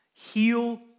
Heal